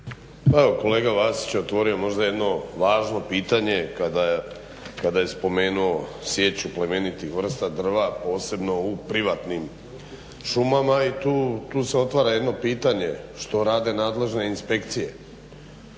kolega Vasić je otvorio možda jedno važno pitanje kada je spomenuo sječu plemenitih vrsta drva, posebno u privatnim šumama i tu se otvara jedno pitanje što rade nadležne inspekcije.